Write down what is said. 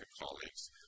colleagues